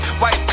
white